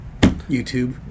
YouTube